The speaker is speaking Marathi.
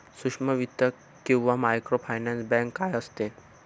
सूक्ष्म वित्त किंवा मायक्रोफायनान्स बँक काय असते?